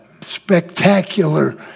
spectacular